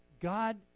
God